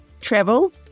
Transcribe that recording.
travel